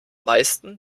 meisten